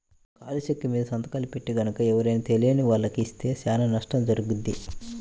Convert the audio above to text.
ఖాళీ చెక్కుమీద సంతకాలు పెట్టి గనక ఎవరైనా తెలియని వాళ్లకి ఇస్తే చానా నష్టం జరుగుద్ది